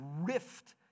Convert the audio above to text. rift